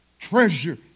Treasure